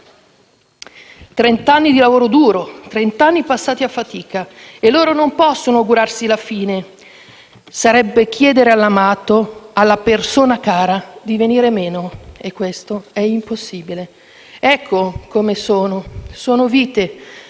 Trent'anni di lavoro duro, trent'anni passati a fatica, e loro non possono augurarsi la fine: sarebbe chiedere all'amato, alla persona cara, di venire meno e questo è impossibile. Ecco come sono: sono vite